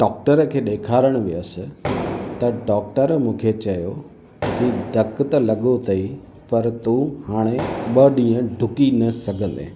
doctor खे ॾेखारणु वियसि त डॉक्टर मूंखे चयो की धकु त लॻो अथईं पर तूं हाणे ॿ ॾींहं डुकी न सघंदे